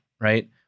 right